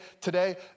today